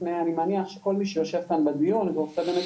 אני מניח שכל מי שיושב כאן בדיון ועושה באמת